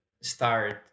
start